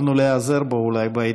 אולי יכולנו להיעזר בו בעניין.